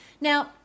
Now